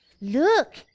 Look